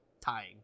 tying